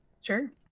Sure